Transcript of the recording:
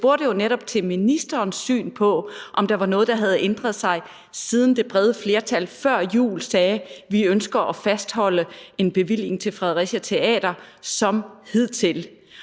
jeg spurgte jo netop til ministerens syn på, om der var noget, der havde ændret sig, siden det brede flertal før jul sagde: Vi ønsker at fastholde en bevilling til Fredericia Teater som hidtil.